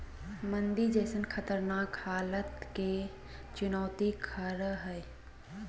मंदी जैसन खतरनाक हलात के चुनौती खरा हइ